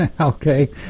Okay